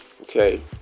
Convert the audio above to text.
okay